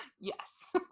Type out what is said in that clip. Yes